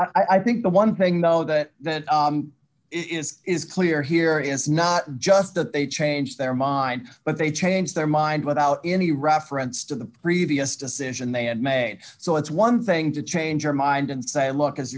do i think the one thing though that it is is clear here is not just that they change their mind but they change their mind without any reference to the previous decision they had made so it's one thing to change their mind and say look as